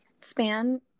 span